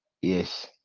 Yes